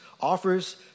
offers